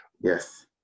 Yes